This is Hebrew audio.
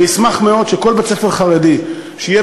אני אשמח מאוד אם כל בית-ספר חרדי שיהיה